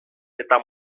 eta